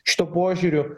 šituo požiūriu